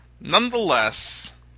Nonetheless